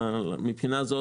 מבחינה זו,